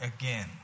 again